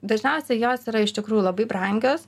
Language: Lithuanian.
dažniausiai jos yra iš tikrųjų labai brangios